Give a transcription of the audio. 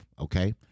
Okay